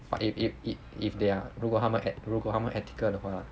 but if if it if they're 如果他们 eti~ 如果他们 etiquette 的话